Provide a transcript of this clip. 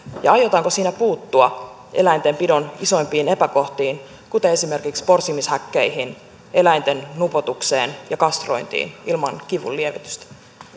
ja aiotaanko siinä puuttua eläintenpidon isoimpiin epäkohtiin kuten esimerkiksi porsimishäkkeihin eläinten nupoutukseen ja kastrointiin ilman kivunlievitystä